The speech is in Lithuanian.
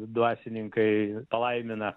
dvasininkai palaimina